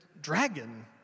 dragon